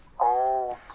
old